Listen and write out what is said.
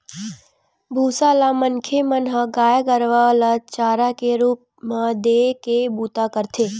भूसा ल मनखे मन ह गाय गरुवा ल चारा के रुप म देय के बूता करथे